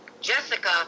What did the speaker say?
Jessica